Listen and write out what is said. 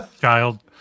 child